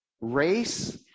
race